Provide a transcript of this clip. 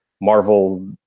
Marvel